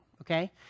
okay